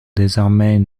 désormais